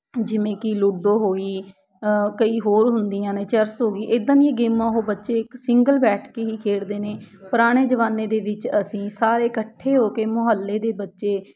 ਜਿਵੇਂ ਕਿ ਲੂਡੋ ਹੋਈ ਕਈ ਹੋਰ ਹੁੰਦੀਆਂ ਨੇ ਚੈਰਸ ਹੋ ਗਈ ਇੱਦਾਂ ਦੀਆਂ ਗੇਮਾਂ ਉਹ ਬੱਚੇ ਇੱਕ ਸਿੰਗਲ ਬੈਠ ਕੇ ਹੀ ਖੇਡਦੇ ਨੇ ਪੁਰਾਣੇ ਜ਼ਮਾਨੇ ਦੇ ਵਿੱਚ ਅਸੀਂ ਸਾਰੇ ਇਕੱਠੇ ਹੋ ਕੇ ਮੁਹੱਲੇ ਦੇ ਬੱਚੇ